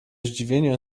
zdziwieniem